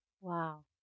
Wow